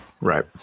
Right